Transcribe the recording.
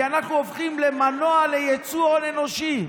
כי אנחנו הופכים למנוע ליצור הון אנושי.